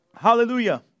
Hallelujah